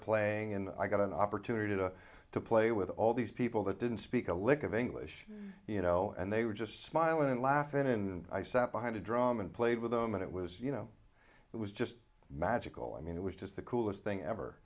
playing and i got an opportunity to play with all these people that didn't speak a lick of english you know and they would just smile and laugh in and i sat behind a drum and played with them and it was you know it was just magical i mean it was just the coolest thing ever